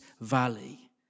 valley